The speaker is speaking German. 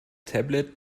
tablet